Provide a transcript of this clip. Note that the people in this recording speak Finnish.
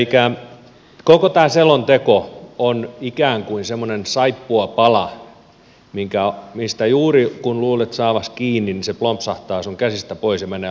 elikkä koko tämä selonteko on ikään kuin semmoinen saippuapala että juuri kun luulet saavasi siitä kiinni se plompsahtaa sinun käsistäsi pois ja menee lattialle